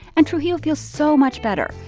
and trujillo feels so much better.